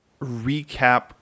recap